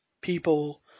people